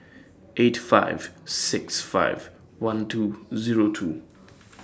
eight five six five one two Zero two